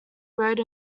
road